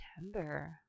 September